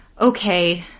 okay